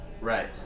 Right